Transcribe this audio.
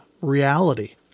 reality